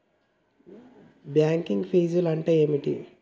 Bank ఫీజ్లు అంటే ఏమిటి?